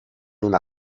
una